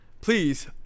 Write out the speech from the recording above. please